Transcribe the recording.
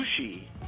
sushi